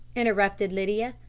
interrupted lydia.